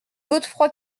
godefroy